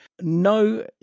no